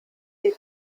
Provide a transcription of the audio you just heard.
die